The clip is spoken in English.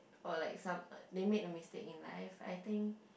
or like some they make a mistake in life I think